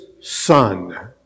Son